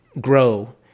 grow